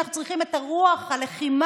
כי אנחנו צריכים את רוח הלחימה.